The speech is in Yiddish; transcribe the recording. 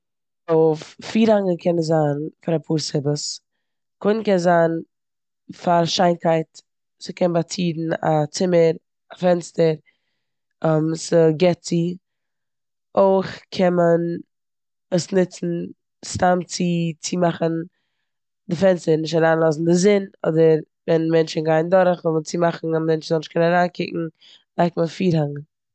פי- פירהאנגען קענען זיין פאר אפאר סיבות. קודם קען זיין פאר שיינקייט, ס'קען באצירן א צימער, א פענסטער, ס'גיבט צו. אויך קען מען עס נוצן סתם צו צומאכן די פענסטער, נישט אריינלאזן די זון אדער ווען מענטשן גייען דורך זאל מען צומאכן אז מענטשן זאלן נישט קענען אריינקוקן לייגט מען פורהאנגען.